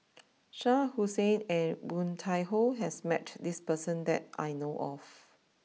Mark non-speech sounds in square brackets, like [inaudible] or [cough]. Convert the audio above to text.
[noise] Shah Hussain and Woon Tai Ho has met this person that I know of